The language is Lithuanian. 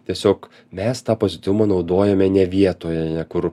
tiesiog mes tą pozityvumą naudojame ne vietoje ane kur